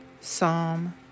Psalm